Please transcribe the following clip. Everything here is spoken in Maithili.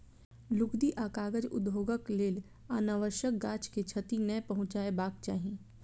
लुगदी आ कागज उद्योगक लेल अनावश्यक गाछ के क्षति नै पहुँचयबाक चाही